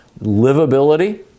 livability